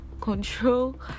control